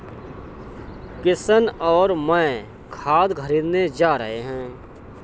किशन और मैं खाद खरीदने जा रहे हैं